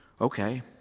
okay